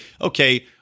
okay